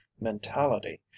mentality